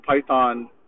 Python